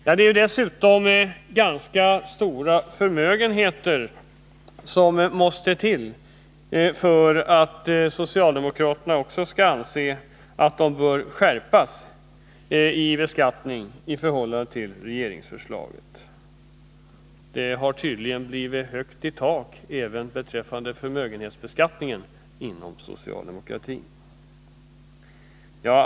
Det måste dessutom vara ganska stora förmögenheter för att också socialdemokraterna skall anse att bekattningen av dem bör skärpas i förhållande till vad som föreslås i regeringspropositionen. Det har tydligen blivit högt i tak inom socialdemokratin även beträffande förmögenhetsbeskattning.